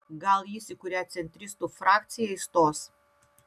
gal jis į kurią centristų frakciją įstos